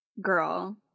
girl